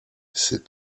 ses